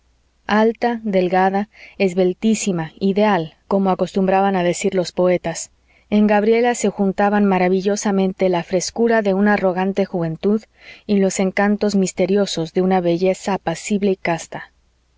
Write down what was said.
alta delgada esbeltísima ideal como acostumbran a decir los poetas en gabriela se juntaban maravillosamente la frescura de una arrogante juventud y los encantos misteriosos de una belleza apacible y casta